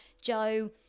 Joe